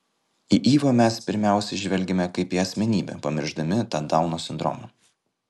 į ivą mes pirmiausia žvelgiame kaip į asmenybę pamiršdami tą dauno sindromą